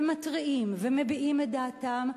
ומתריעים ומביעים את דעתם,